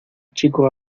chico